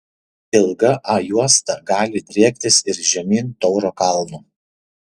ilga a juosta gali driektis ir žemyn tauro kalnu